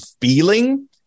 feeling